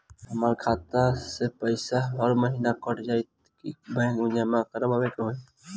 हमार खाता से पैसा हर महीना कट जायी की बैंक मे जमा करवाए के होई?